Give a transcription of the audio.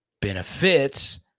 benefits